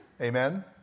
amen